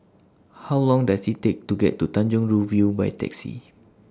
How Long Does IT Take to get to Tanjong Rhu View By Taxi